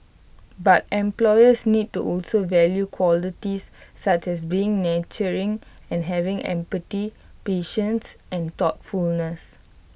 but employers need to also value qualities such as being nurturing and having empathy patience and thoughtfulness